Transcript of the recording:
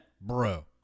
bro